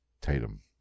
Tatum